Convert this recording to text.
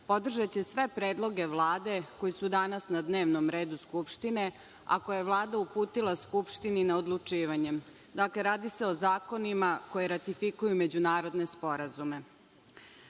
podržaće sve predloge Vlade koji su danas na dnevnom redu Skupštine, a koje je Vlada uputila Skupštini na odlučivanje. Dakle, radi se o zakonima koji ratifikuju međunarodne sporazume. Tačka